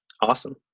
Awesome